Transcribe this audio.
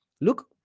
Look